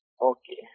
Okay